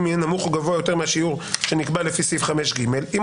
יהיה נמוך או גבוה יותר מהשיעור שנקבע לפי סעיף 5(ג) אם